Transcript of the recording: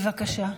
בבקשה.